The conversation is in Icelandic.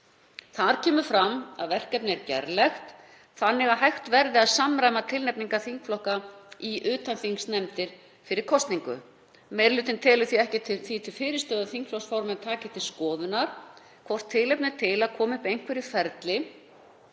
Þar kemur fram að verkefnið er gerlegt þannig að hægt verði að samræma tilnefningar þingflokka í utanþingsnefndir fyrir kosningu þeirra. Meiri hlutinn telur því ekkert til fyrirstöðu að þingflokksformenn taki til skoðunar hvort tilefni er til að koma upp einhverju ferli